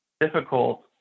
difficult